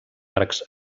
arcs